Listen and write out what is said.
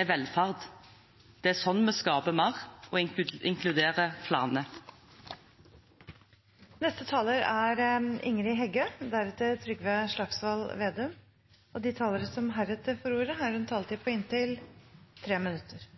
er velferd. Det er sånn vi skaper mer og inkluderer flere. De talere som heretter får ordet, har en taletid på inntil 3 minutter.